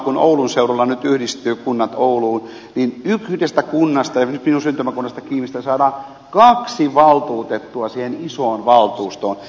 kun oulun seudulla nyt yhdistyvät kunnat ouluun niin yhdestä kunnasta minun syntymäkunnastani kiimingistä saadaan kaksi valtuutettua siihen isoon valtuustoon